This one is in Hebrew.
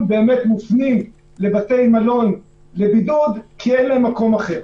שמופנים לבתי מלון לבידוד כי אין להם מקום אחר.